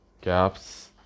gaps